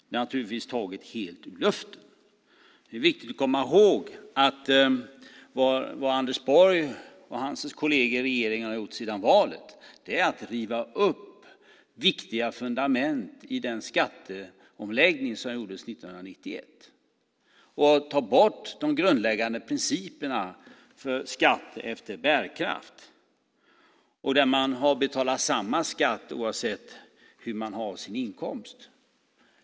Det är naturligtvis taget helt ur luften. Det är viktigt att komma ihåg att vad Anders Borg och hans kolleger i regeringen har gjort sedan valet är att riva upp viktiga fundament i den skatteomläggning som gjordes 1991. Ni har tagit bort de grundläggande principerna för skatt efter bärkraft där man har betalat samma skatt oavsett hur man har det med sin inkomst.